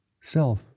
self